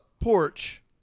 porch